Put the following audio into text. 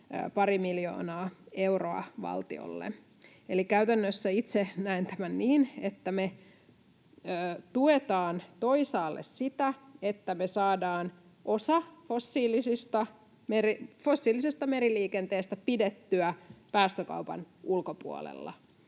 pari miljoonaa euroa valtiolle. Eli käytännössä itse näen tämän niin, että me tuetaan toisaalle sitä, että me saadaan osa fossiilisesta meriliikenteestä pidettyä päästökaupan ulkopuolella,